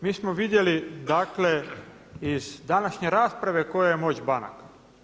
Mi smo vidjeli, dakle iz današnje rasprave koja je moć banaka.